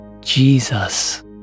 Jesus